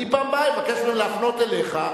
אני בפעם הבאה אבקש ממנו להפנות אליך,